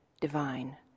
divine